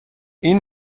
این